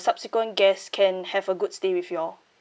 subsequent guests can have a good stay with you all